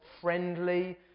friendly